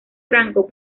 franco